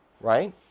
right